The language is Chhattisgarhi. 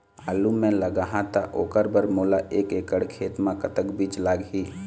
आलू मे लगाहा त ओकर बर मोला एक एकड़ खेत मे कतक बीज लाग ही?